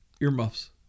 Earmuffs